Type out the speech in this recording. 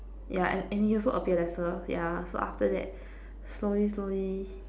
yeah and and he also appear lesser yeah so after that slowly slowly